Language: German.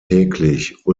täglich